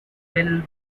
bill